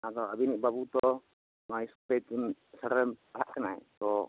ᱟᱫᱚ ᱟᱹᱵᱤᱱᱤᱡ ᱵᱟᱹᱵᱩ ᱛᱳ ᱱᱚᱣᱟ ᱤᱥᱠᱩᱞ ᱨᱮ ᱯᱩᱱ ᱛᱷᱟᱨᱮᱭ ᱯᱟᱲᱦᱟᱜ ᱠᱟᱱᱟᱭ ᱛᱳ